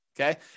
Okay